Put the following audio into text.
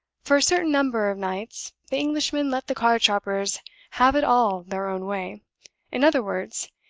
for a certain number of nights the englishman let the card-sharpers have it all their own way in other words,